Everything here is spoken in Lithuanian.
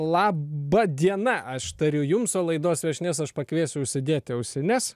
laba diena aš tariu jums o laidos viešnias aš pakviesiu užsidėti ausines